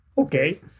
Okay